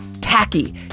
tacky